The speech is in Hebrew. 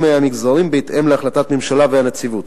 מהמגזרים בהתאם להחלטת הממשלה והנציבות.